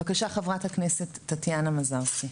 בבקשה ח"כ טטיאנה מזרסקי.